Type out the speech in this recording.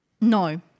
No